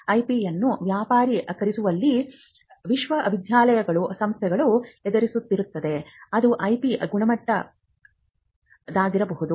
IP ಅನ್ನು ವ್ಯಾಪಾರೀಕರಿಸುವಲ್ಲಿ ವಿಶ್ವವಿದ್ಯಾಲಯಗಳು ಸಮಸ್ಯೆಗಳನ್ನು ಎದುರಿಸುತ್ತಿದ್ದರೆ ಅದು IP ಗುಣಮಟ್ಟದಿಂದಾಗಿರಬಹುದು